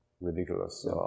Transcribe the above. Ridiculous